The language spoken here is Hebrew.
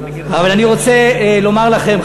אבל אני רוצה לומר לכם,